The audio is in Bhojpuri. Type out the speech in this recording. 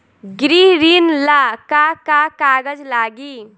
गृह ऋण ला का का कागज लागी?